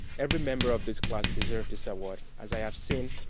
every member of this class deserved this award as i have seen,